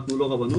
אנחנו לא רבנות,